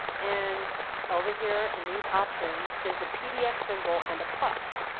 and over here in these options, there's a pdf symbol and a plus.